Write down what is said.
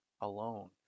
alone